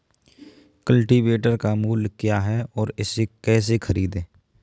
Cultivator का मूल्य क्या है और इसे कैसे खरीदें?